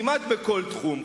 כמעט בכל תחום,